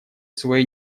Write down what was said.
своей